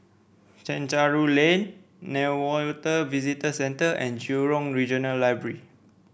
Chencharu Lane Newater Visitor Centre and Jurong Regional Library